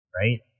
right